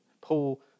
Paul